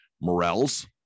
Morels